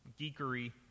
geekery